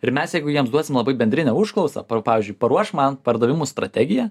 ir mes jeigu jiems duosim labai bendrinę užklausą pavyzdžiui paruošk man pardavimų strategiją